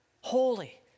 holy